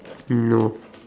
no